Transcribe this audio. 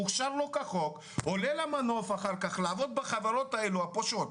שהוכשר לא כחוק עולה למנוף לעבוד בחברות הפושעות האלה,